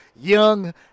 young